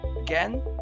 Again